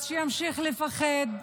אז שימשיך לפחד.